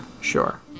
sure